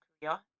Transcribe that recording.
Korea